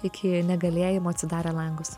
iki negalėjimo atsidarę langus